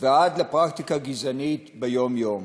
ועד לפרקטיקה גזענית ביום-יום.